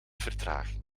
vertraging